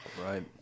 Right